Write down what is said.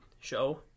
show